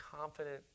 confident